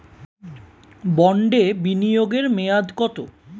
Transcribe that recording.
বন্ডে বিনিয়োগ এর মেয়াদ কত?